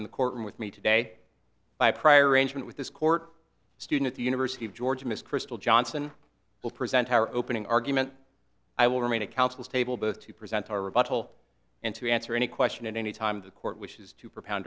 in the courtroom with me today by prior arrangement with this court student at the university of georgia miss crystal johnson will present our opening argument i will remain a counsel table both to present our rebuttal and to answer any question at any time the court wishes to pr